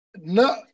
No